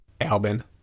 albin